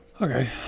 Okay